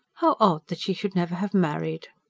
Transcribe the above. how odd that she should never have married!